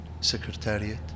Secretariat